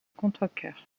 contrecœur